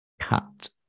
cut